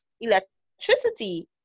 electricity